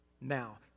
Now